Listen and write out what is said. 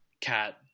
Cat